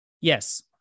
yes